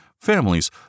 families